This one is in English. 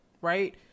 right